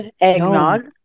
eggnog